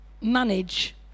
manage